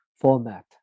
format